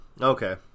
Okay